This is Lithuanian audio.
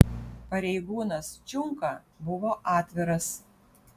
pareigūnas čiunka buvo atviras